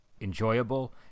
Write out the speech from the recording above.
enjoyable